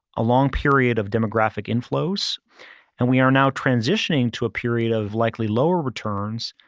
a long period of demographic inflows and we are now transitioning to a period of likely lower returns,